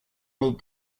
need